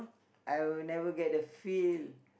I will never get the feel